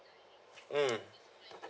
mm